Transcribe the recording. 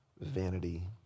Vanity